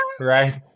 right